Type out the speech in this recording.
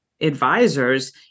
advisors